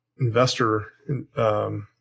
investor